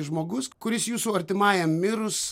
žmogus kuris jūsų artimajam mirus